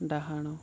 ଡାହାଣ